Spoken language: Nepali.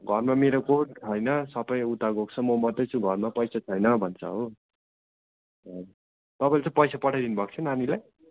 घरमा मेरो कोही छैन सबै उता गएको छ म मात्रै छु घरमा पैसो छैन भन्छ हो तपाईँले चाहिँ पैसा पठाइ दिनुभएको छ नानीलाई